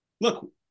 look